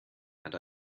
had